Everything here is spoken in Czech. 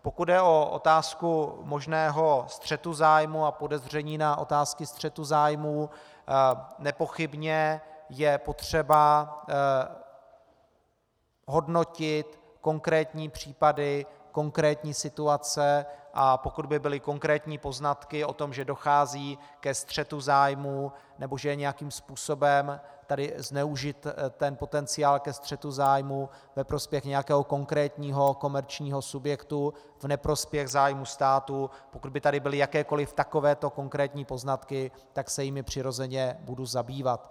Pokud jde o otázku možného střetu zájmů a podezření na otázky střetu zájmů, nepochybně je potřeba hodnotit konkrétní případy, konkrétní situace, a pokud by byly konkrétní poznatky o tom, že dochází ke střetu zájmů nebo že je nějakým způsobem tady zneužit ten potenciál ke střetu zájmů ve prospěch nějakého konkrétního komerčního subjektu, v neprospěch zájmu státu, pokud by tady byly jakékoliv takového konkrétní poznatky, tak se jimi přirozeně budu zabývat.